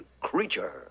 creature